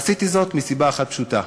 עשיתי זאת מסיבה אחת פשוטה,